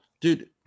Dude